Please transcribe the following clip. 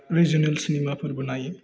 regional सिनेमाफोरबो नायो